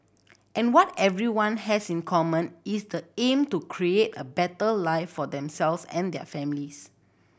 and what everyone has in common is the aim to create a better life for themselves and their families